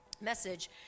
message